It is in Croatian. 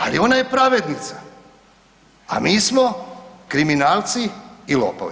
Ali ona je pravednica, a mi smo kriminalci i lopovi.